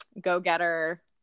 go-getter